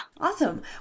Awesome